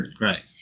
right